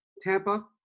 Tampa